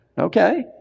Okay